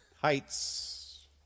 Heights